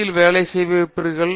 யில் வேலை செய்ய வைப்பீர்கள்